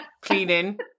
cleaning